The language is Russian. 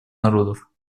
народов